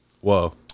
Whoa